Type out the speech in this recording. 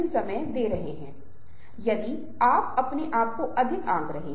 और यह उन क्षेत्रों में से एक है जिस पर हम इस सत्र के साथ आगे बढ़ने वाले हैं